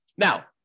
Now